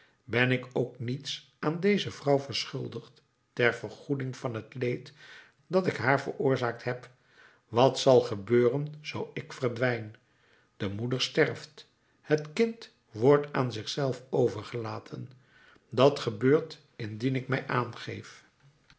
ben ik ook niets aan deze vrouw verschuldigd ter vergoeding van het leed dat ik haar veroorzaakt heb wat zal gebeuren zoo ik verdwijn de moeder sterft het kind wordt aan zich zelf overgelaten dat gebeurt indien ik mij aangeef